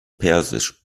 persisch